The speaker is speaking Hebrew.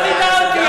לא מטרידה אותי.